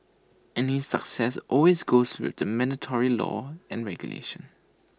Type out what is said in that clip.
any success always goes with the mandatory law and regulation